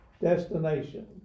destination